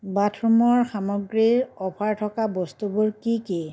বাথৰুমৰ সামগ্ৰীৰ অফাৰ থকা বস্তুবোৰ কি কি